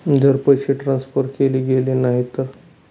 जर पैसे ट्रान्सफर केले गेले नाही तर?